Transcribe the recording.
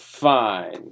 Fine